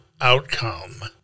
outcome